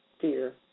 fear